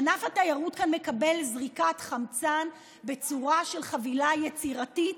ענף התיירות מקבל כאן זריקת חמצן בצורה של חבילה יצירתית,